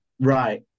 Right